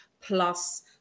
plus